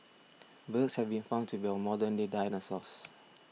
birds have been found to be our modern day dinosaurs